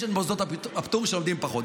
יש מוסדות הפטור שלומדים פחות.